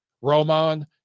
Roman